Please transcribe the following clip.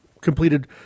completed